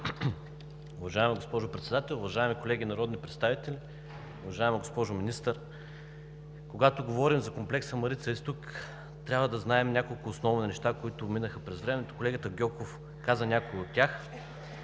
Уважаема госпожо Председател, уважаеми колеги народни представители! Уважаема госпожо Министър, когато говорим за Комплекса „Марица изток“, трябва да знаем няколко основни неща, които минаха през времето. Колегата Гьоков каза някои от тях.